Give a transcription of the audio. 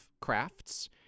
crafts